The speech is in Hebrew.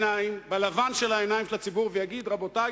בלבן של העיניים של הציבור ויגיד: רבותי,